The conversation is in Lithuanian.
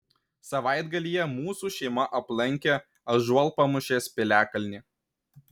savaitgalyje mūsų šeima aplankė ąžuolpamūšės piliakalnį